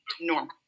normal